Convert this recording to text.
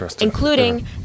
including